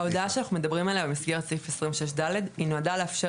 ההודעה שאנחנו מדברים עליה במסגרת סעיף 26ד היא נועדה לאפשר